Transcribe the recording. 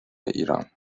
ایران